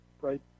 right